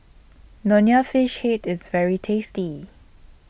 Nonya Fish Head IS very tasty